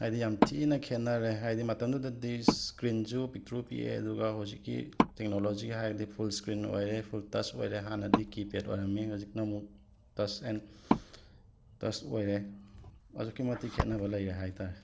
ꯍꯥꯏꯗꯤ ꯌꯥꯝ ꯊꯤꯅ ꯈꯦꯠꯅꯔꯦ ꯍꯥꯏꯗꯤ ꯃꯇꯝꯗꯨꯗꯗꯤ ꯁ꯭ꯀ꯭ꯔꯤꯟꯖꯨ ꯄꯤꯛꯇ꯭ꯔꯨ ꯄꯤꯛꯑꯦ ꯑꯗꯨꯒ ꯍꯧꯖꯤꯛꯀꯤ ꯇꯦꯛꯅꯣꯂꯣꯖꯤ ꯍꯥꯏꯔꯗꯤ ꯐꯨꯜ ꯁ꯭ꯀ꯭ꯔꯤꯟ ꯑꯣꯏꯔꯦ ꯐꯨꯜ ꯇꯁ ꯑꯣꯏꯔꯦ ꯍꯥꯟꯅꯗꯤ ꯀꯤ ꯄꯦꯠ ꯑꯣꯏꯔꯝꯃꯤ ꯍꯧꯖꯤꯛꯅ ꯑꯃꯨꯛ ꯇꯁ ꯑꯦꯟ ꯇꯁ ꯑꯣꯏꯔꯦ ꯑꯗꯨꯛꯀꯤ ꯃꯇꯤꯛ ꯈꯦꯠꯅꯕ ꯂꯩꯔꯦ ꯍꯥꯏ ꯇꯥꯔꯦ